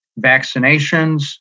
vaccinations